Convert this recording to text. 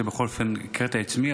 בכל אופן הקראת את שמי,